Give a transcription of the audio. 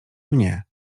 mnie